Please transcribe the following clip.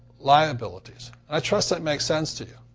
liabilities. i trust that makes sense to you.